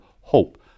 hope